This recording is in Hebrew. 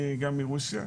גם מרוסיה,